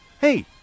Hey